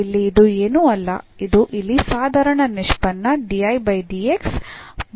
ಇಲ್ಲಿ ಇದು ಏನೂ ಅಲ್ಲ ಇದು ಇಲ್ಲಿ ಸಾಧಾರಣ ನಿಷ್ಪನ್ನ ಮತ್ತು ಇದು x ನ ಉತ್ಪನ್ನವಾಗಿದೆ